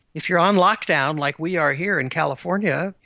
if you're on lockdown, like we are here in california,